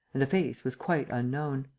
and the face was quite unknown.